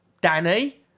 Danny